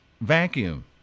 Vacuum